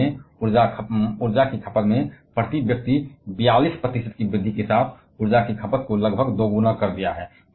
भारत ने ऊर्जा की खपत में प्रति व्यक्ति 42 प्रतिशत की वृद्धि के साथ ऊर्जा की खपत को दोगुना कर दिया है